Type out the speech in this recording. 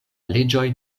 leĝoj